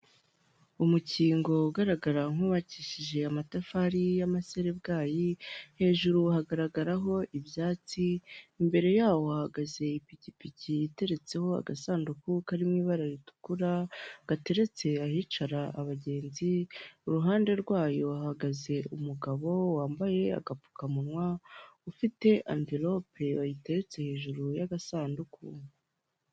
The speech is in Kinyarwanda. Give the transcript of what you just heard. Umukingo ugaragara nk'ubakishije amatafari y'amaserebwayi hejuru ugaragaraho ibyatsi imbere yawo hahagaze ipikipiki iteretseho agasanduku karimo ibara ritukura gateretse ahicara abagenzi iruhande rwayo hahagaze umugabo wambaye agapfukamunwa ufite avelope bayiteretse hejuru y'agasanduku.